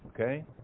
Okay